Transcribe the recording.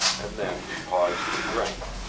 and then he paused to drink.